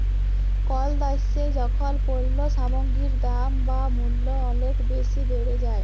call দ্যাশে যখল পল্য সামগ্গির দাম বা মূল্য অলেক বেসি বাড়ে যায়